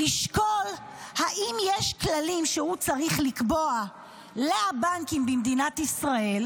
לשקול אם יש כללים שהוא צריך לקבוע לבנקים במדינת ישראל,